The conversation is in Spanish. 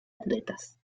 atletas